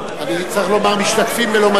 (המרה) (תעודת המרה